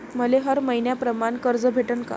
मले हर मईन्याप्रमाणं कर्ज भेटन का?